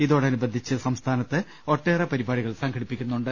ഇതോടനുബന്ധിച്ച് സംസ്ഥാനത്ത് ഒട്ടേറെ പരിപാടികൾ സംഘടിപ്പിക്കുന്നുണ്ട്